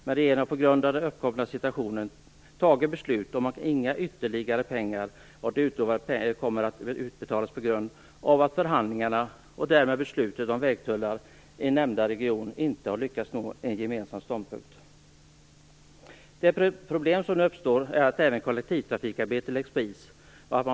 Men på grund av den uppkomna situationen har beslut fattats om att inga ytterligare pengar kommer att utbetalas på grund av att man i förhandlingarna - därmed gällande beslutet om vägtullar i nämnda region - inte lyckats nå en gemensam ståndpunkt. De problem som nu uppstår är att även kollektivtrafikarbeten läggs på is.